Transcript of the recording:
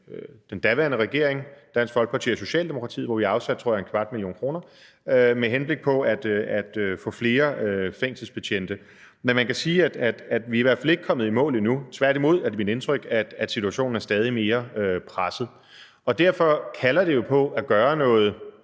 den daværende regering, Dansk Folkeparti og Socialdemokratiet, hvor vi afsatte 0,25 mio. kr. , tror jeg det var, med henblik på at få flere fængselsbetjente. Man kan sige, at vi i hvert fald ikke er kommet i mål endnu. Tværtimod er det mit indtryk, at situationen er stadig mere presset. Derfor kalder det jo på at gøre noget